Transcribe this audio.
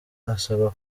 asaba